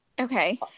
Okay